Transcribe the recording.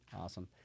awesome